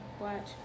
Watch